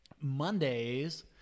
Mondays